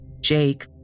Jake